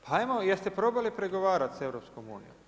Pa hajmo, jeste probali pregovarati sa EU.